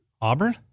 Auburn